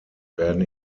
werden